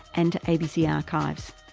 and to abc archives.